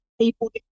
people